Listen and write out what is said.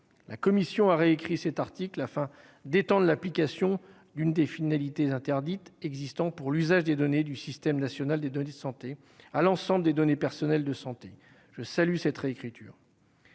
la commission a réécrit cet article afin d'éteindre l'application d'une des finalités interdite existant pour l'usage des données du système national des données de santé à l'ensemble des données personnelles de santé je salue cette réécriture,